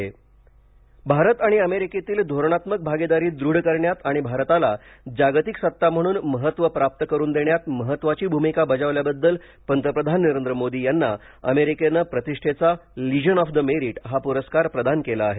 Modi America परस्कार भारत आणि अमेरिकेतील धोरणात्मक भागीदारी दृढ करण्यात आणि भारताला जागतिक सत्ता म्हणून महत्त्व प्राप्त करून देण्यात महत्वाची भूमिका बजावल्याबद्दल पंतप्रधान नरेंद्र मोदी यांना अमेरिकेने प्रतिष्ठेचा लिजन ऑफ द मेरीट हा पुरस्कार प्रदान केला आहे